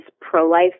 pro-life